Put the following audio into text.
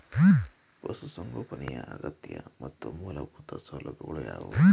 ಪಶುಸಂಗೋಪನೆಯ ಅಗತ್ಯ ಮತ್ತು ಮೂಲಭೂತ ಸೌಲಭ್ಯಗಳು ಯಾವುವು?